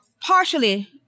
partially